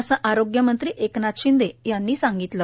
असे आरोग्यमंत्री एकनाथ शिंदे यांनी सांगितले